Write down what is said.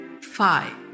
five